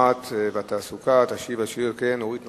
המסחר והתעסוקה אורית נוקד,